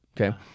Okay